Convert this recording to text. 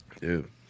Dude